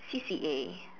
C_C_A